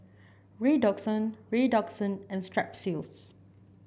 Redoxon Redoxon and Strepsils